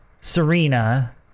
Serena